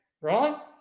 right